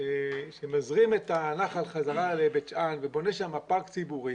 שמזרים את הנחל בחזרה לבית שאן ובונה שם פארק ציבורי,